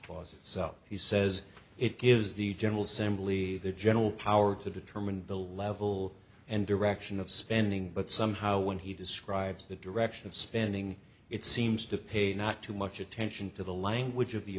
itself he says it gives the general simply the general power to determine the level and direction of spending but somehow when he describes the direction of spending it seems to paid not too much attention to the language of the